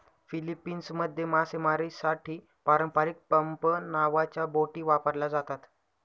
फिलीपिन्समध्ये मासेमारीसाठी पारंपारिक पंप नावाच्या बोटी वापरल्या जातात